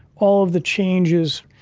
all of the changes.